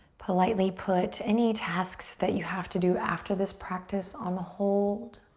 politely put any tasks that you have to do after this practice on hold.